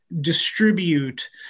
distribute